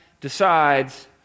decides